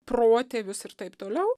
protėvius ir taip toliau